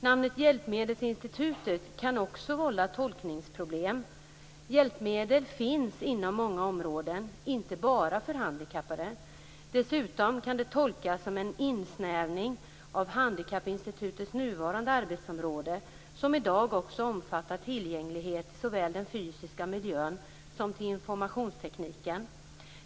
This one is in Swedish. Namnet Hjälpmedelsinstitutet kan också vålla tolkningsproblem. Hjälpmedel finns inom många områden, inte bara för handikappade. Dessutom kan det tolkas som en insnävning av Handikappinstitutets nuvarande arbetsområde, som i dag också omfattar tillgänglighet såväl i den fysiska miljön som till informationstekniken.